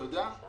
אתה יודע?